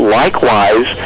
likewise